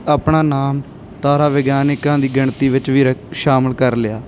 ਆਪਣਾ ਨਾਮ ਤਾਰਾ ਵਿਗਿਆਨਿਕਾਂ ਦੀ ਗਿਣਤੀ ਵਿੱਚ ਵੀ ਸ਼ਾਮਿਲ ਕਰ ਲਿਆ